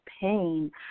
pain